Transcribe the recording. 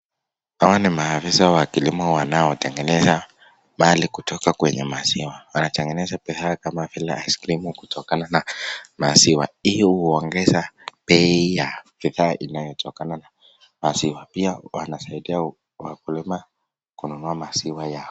Hawa ni maafisa wa kilimo wanaotegeneza mali kutoka kwenye maziwa, wanategeneza bidhaa kama vile ice crimu kutokana na maziwa. Hii uongeza bei ya bidhaa inayotokana na maziwa. Pia wanasaidia wakulima kununua maziwa yao.